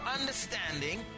understanding